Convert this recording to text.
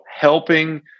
helping